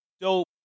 dope